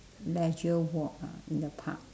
leisure walk ah in the park